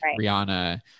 Rihanna